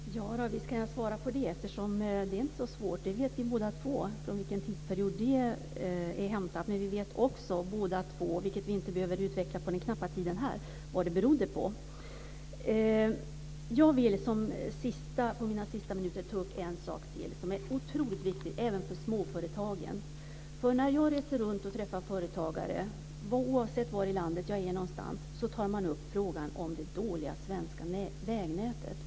Fru talman! Visst kan jag svara på det. Det är inte så svårt. Vi vet båda två från vilken tidsperiod uppgifterna är hämtade. Men vi vet också - vilket vi inte behöver utveckla på den knappa tiden här - vad det berodde på. Jag vill ta upp en sak till som är otroligt viktig även för småföretagen. När jag reser runt och träffar företagare, oavsett var i landet jag befinner mig, tar de upp frågan om det dåliga svenska vägnätet.